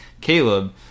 Caleb